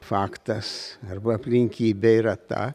faktas arba aplinkybė yra ta